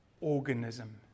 organism